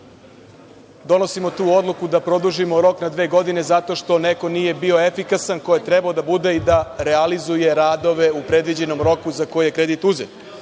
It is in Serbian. donosimo tu odluku da produžimo rok na dve godine, zato što neko nije bio efikasan ko je trebao da bude i da realizuje radove u predviđenom roku za koje je kredit uzet.